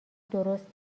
درست